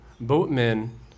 boatmen